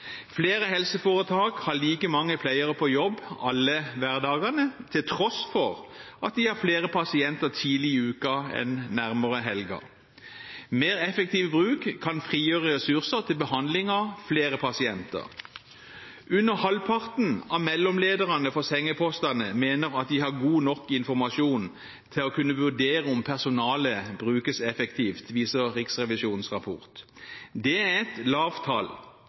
Flere helseforetak har like mange pleiere på jobb alle hverdagene, til tross for at de har flere pasienter tidlig i uken enn nærmere helgen. Mer effektiv bruk kan frigjøre ressurser til behandling av flere pasienter. Under halvparten av mellomlederne for sengepostene mener at de har god nok informasjon til å kunne vurdere om personalet brukes effektivt, viser Riksrevisjonens rapport. Det er et lavt tall.